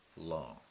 law